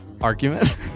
argument